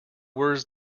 words